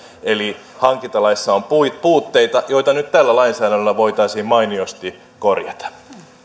eli hankintalaissa on puutteita joita nyt tällä lainsäädännöllä voitaisiin mainiosti korjata